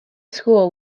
school